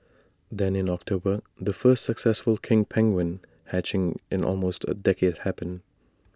then in October the first successful king penguin hatching in almost A decade happened